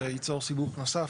זה ייצור סיבוך נוסף.